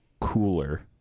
cooler